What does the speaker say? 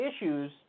issues